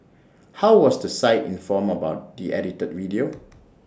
how was the site informed about the edited video